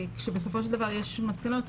כשבסופו של דבר יש מסקנות.